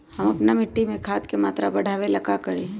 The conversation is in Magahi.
हम अपना मिट्टी में खाद के मात्रा बढ़ा वे ला का करी?